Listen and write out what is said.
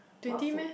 what food